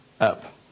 up